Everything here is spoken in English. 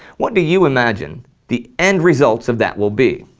what do you imagine the end results of that will be?